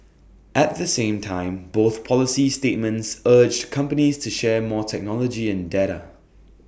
at the same time both policy statements urged companies to share more technology and data